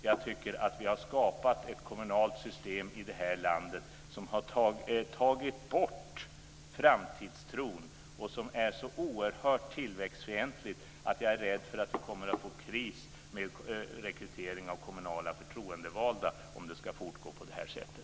Jag tycker att vi har skapat ett kommunalt system i det här landet som har tagit bort framtidstron och som är så oerhört tillväxtfientligt att jag är rädd för att vi kommer att få en kris i rekryteringen av kommunala förtroendevalda om det ska fortgå på det här sättet.